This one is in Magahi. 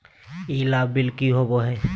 ई लाभ बिल की होबो हैं?